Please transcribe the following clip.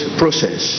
process